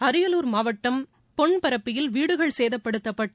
அரியலூர் மாவட்டம் பொன்பரப்பியில் வீடுகள் சேதப்படுத்தப்பட்டு